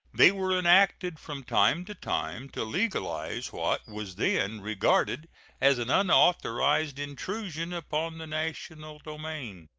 they were enacted from time to time to legalize what was then regarded as an unauthorized intrusion upon the national domain.